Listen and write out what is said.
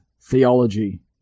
theology